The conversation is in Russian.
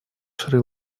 шри